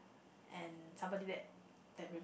and somebody that that rem~